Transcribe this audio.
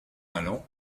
allant